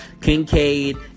Kincaid